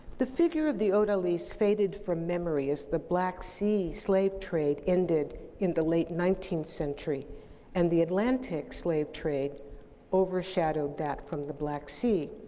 the figure of the odalisque faded from memory as the black sea slave trade ended in the late nineteenth century and the atlantic slave trade overshadowed that from the black sea.